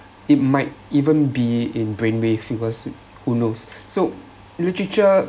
it might even be in brain wave because who knows so literature